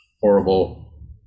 horrible